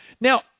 Now